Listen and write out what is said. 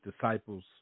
disciples